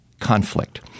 conflict